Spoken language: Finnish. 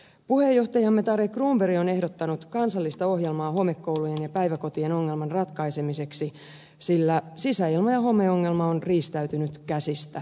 puheenjohtajamme tarja cronberg on ehdottanut kansallista ohjelmaa homekoulujen ja päiväkotien ongelman ratkaisemiseksi sillä sisäilma ja homeongelma on riistäytynyt käsistä